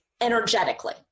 energetically